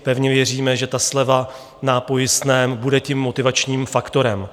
Pevně věříme, že ta sleva na pojistném bude tím motivačním faktorem.